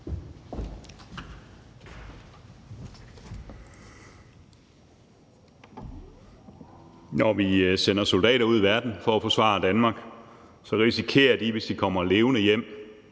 Når vi sender soldater ud i verden for at forsvare Danmark, risikerer de, hvis de kommer levende hjem,